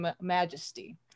majesty